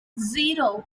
zero